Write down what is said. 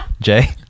Jay